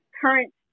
current